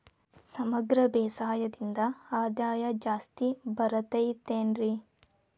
ಸಮಗ್ರ ಬೇಸಾಯದಿಂದ ಆದಾಯ ಜಾಸ್ತಿ ಬರತೈತೇನ್ರಿ?